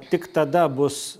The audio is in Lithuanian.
tik tada bus